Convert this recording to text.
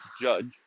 judge